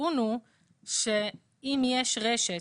הטיעון הוא שאם יש רשת